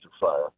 fire